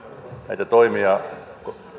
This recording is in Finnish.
näitä toimia